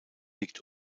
liegt